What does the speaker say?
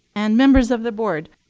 and members of the board,